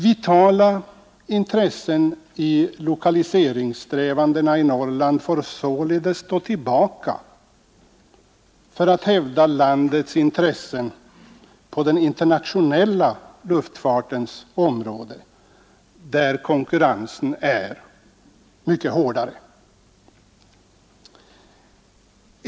Vitala intressen i lokaliseringssträvandena i Norrland får således stå tillbaka för att man skall kunna hävda landets intressen på den internationella luftfartens område, där konkurrensen är mycket hårdare.